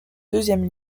deuxième